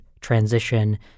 transition